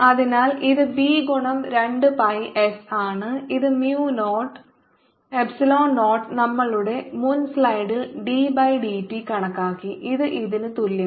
അതിനാൽ ഇത് B ഗുണം 2 പൈ s ആണ് ഇത് mu നോട്ട് എപ്സിലോൺ നോട്ട് നമ്മളുടെ മുൻ സ്ലൈഡിൽ d ബൈ dt കണക്കാക്കി ഇത് ഇതിന് തുല്യമാണ്